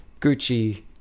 Gucci